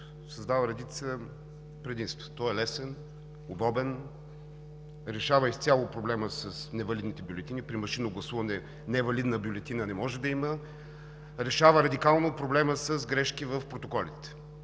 създава редица предимства. То е лесен, удобен, решава изцяло проблема с невалидните бюлетини. При машинно гласуване невалидна бюлетина не може да има, решава радикално проблема с грешки в протоколите,